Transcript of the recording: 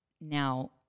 now